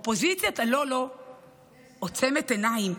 אופוזיציית הלא-לא עוצמת עיניים,